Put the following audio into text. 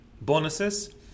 bonuses